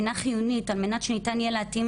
הינה חיונית על מנת שניתן יהיה להתאים